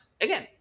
again